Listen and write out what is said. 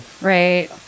right